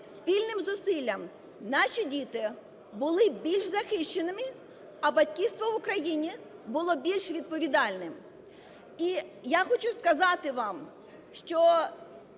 спільним зусиллям наші діти були більш захищеними, а батьківство в Україні було більш відповідальним. І я хочу сказати вам, що